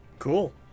Cool